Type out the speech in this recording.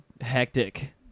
hectic